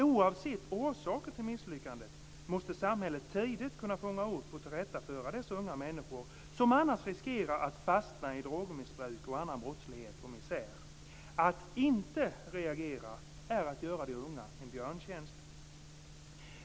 Oavsett orsaken till misslyckandet måste samhället tidigt kunna fånga upp och tillrättaföra dessa unga människor, som annars riskerar att fastna i drogmissbruk och annan brottslighet och missär. Att inte reagera är att göra de unga en björntjänst.